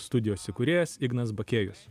studijos įkūrėjas ignas bakėjus